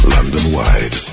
London-wide